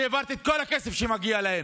אני העברתי את כל הכסף שמגיע להם.